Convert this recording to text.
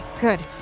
good